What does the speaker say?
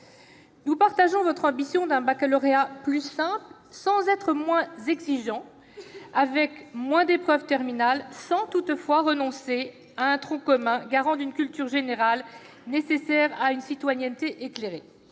Nous partageons votre ambition d'un baccalauréat plus simple, mais non moins exigeant, et comportant moins d'épreuves terminales, sans toutefois renoncer à un tronc commun, garant d'une culture générale nécessaire à une citoyenneté éclairée.